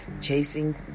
chasing